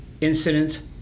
incidents